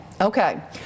Okay